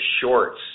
shorts